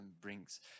brings